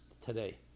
today